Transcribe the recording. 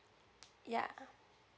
yeah